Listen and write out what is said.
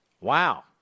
Wow